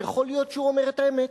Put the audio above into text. יכול להיות שהוא אומר את האמת.